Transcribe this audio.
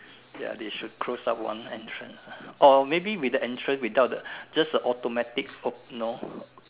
ya they should close up one entrance or maybe with the entrance without the just the automatic oh know